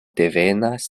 devenas